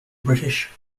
british